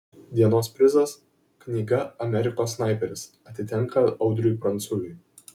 dienos prizas knyga amerikos snaiperis atitenka audriui pranculiui